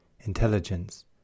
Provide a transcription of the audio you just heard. intelligence